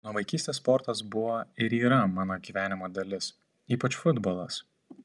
nuo vaikystės sportas buvo ir yra mano gyvenimo dalis ypač futbolas